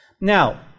Now